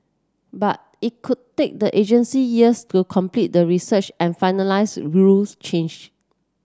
but it could take the agency years to complete the research and finalise rule change